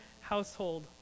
household